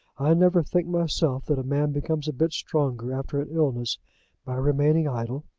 i never think myself that a man becomes a bit stronger after an illness by remaining idle.